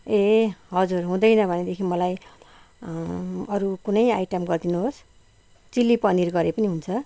ए हजुर हुँदैन भनेदेखि मलाई अँ अरू कुनै आइटम गरिदिनुहोस् चिल्ली पनिर गरेँ पनि हुन्छ